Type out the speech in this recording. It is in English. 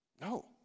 No